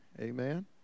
Amen